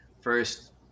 first